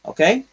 Okay